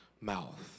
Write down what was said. mouth